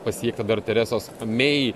pasiektą dar teresos mey